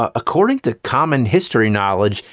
ah according to common history knowledge,